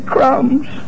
Crumbs